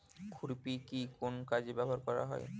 খুরপি কি কোন কাজে ব্যবহার করা হয়?